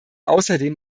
außerdem